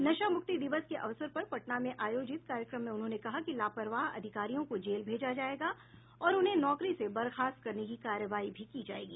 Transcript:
नशा मुक्ति दिवस के अवसर पर पटना में आयोजित कार्यक्रम में उन्होंने कहा कि लापरवाह अधिकारियों को जेल भेजा जायेगा और उन्हें नौकरी से बर्खास्त करने की कार्रवाई भी की जायेगी